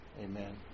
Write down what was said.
amen